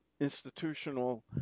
institutional